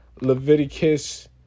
Leviticus